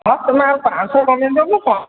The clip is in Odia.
ହଁ ତୁମେ ଆଉ ପାଞ୍ଚଶହ କମେଇ ଦେଉନ କ'ଣ